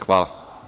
Hvala.